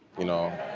you know.